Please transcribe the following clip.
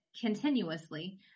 continuously